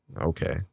okay